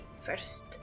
first